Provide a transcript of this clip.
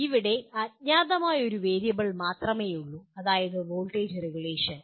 ഇവിടെ അജ്ഞാതമായ ഒരു വേരിയബിൾ മാത്രമേയുള്ളൂ അതായത് വോൾട്ടേജ് റെഗുലേഷൻ